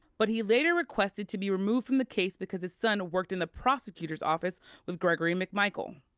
but he later requested to be removed from the case because his son worked in the prosecutor's office with gregory mcmichael.